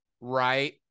Right